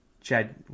Chad